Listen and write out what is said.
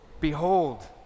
Behold